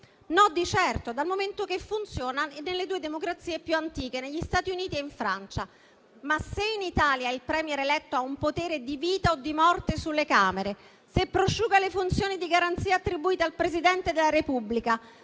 «No di certo, dal momento che funziona nelle due democrazie più antiche, negli Stati Uniti e in Francia. Ma se in Italia il *Premier* eletto ha un potere di vita o di morte sulle Camere, se prosciuga le funzioni di garanzia attribuite al Presidente della Repubblica,